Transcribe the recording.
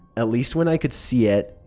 at least when i could see it,